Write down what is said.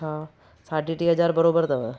अच्छा साढे टी हज़ार बराबरि अथव